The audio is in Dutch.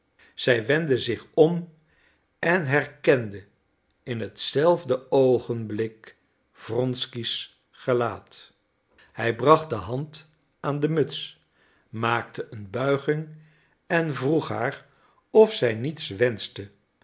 zij wendde zich om en herkende in hetzelfde oogenblik wronsky's gelaat hij bracht de hand aan de muts maakte een buiging en vroeg haar of zij niets wenschte